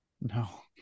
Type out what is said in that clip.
No